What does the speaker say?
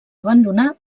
abandonà